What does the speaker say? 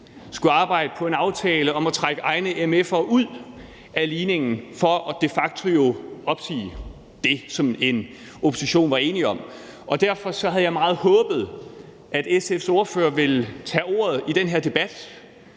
skulle arbejde på en aftale om at trække egne mf'er ud af ligningen for de facto at opsige det, som en opposition var enig om. Derfor havde jeg meget håbet, at SF's ordfører ville tage ordet i den her debat